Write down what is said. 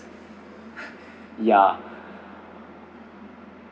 ya